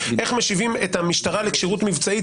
איך משיבים את המשטרה לכשירות מבצעית